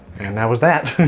and that was that.